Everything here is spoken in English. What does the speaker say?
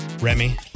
Remy